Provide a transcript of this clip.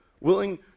willing